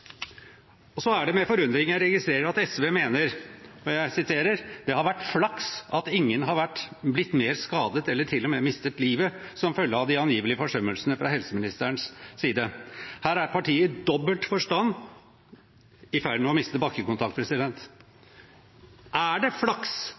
Så er det med forundring jeg registrerer at SV mener at det har vært flaks at ingen har blitt mer skadet eller til og med mistet livet som følge av de angivelige forsømmelsene fra helseministerens side. Her er partiet i dobbelt forstand i ferd med å miste